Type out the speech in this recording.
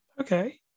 Okay